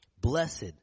Blessed